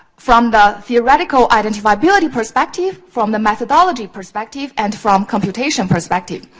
from the theoretical identifiability perspective, from the methodology perspective, and from computation perspective.